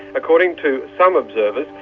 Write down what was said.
according to some observers,